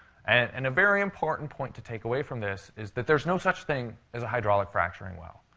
and a very important point to take away from this is that there's no such thing as a hydraulic fracturing well.